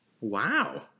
Wow